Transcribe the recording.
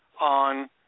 on